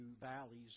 valleys